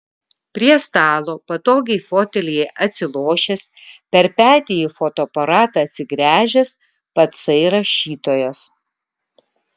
prie stalo patogiai fotelyje atsilošęs per petį į fotoaparatą atsigręžęs patsai rašytojas